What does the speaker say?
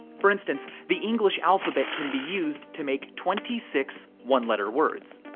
for instance, the english alphabet can be used to make twenty six one letter words,